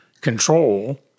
control